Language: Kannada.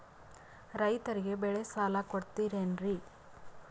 ರೈತರಿಗೆ ಬೆಳೆ ಸಾಲ ಕೊಡ್ತಿರೇನ್ರಿ?